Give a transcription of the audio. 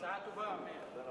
הצעה טובה, מאיר.